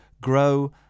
grow